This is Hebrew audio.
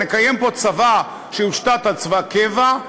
ונקיים פה צבא שיושתת על צבא קבע,